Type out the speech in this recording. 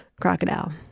crocodile